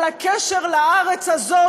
על הקשר לארץ הזאת,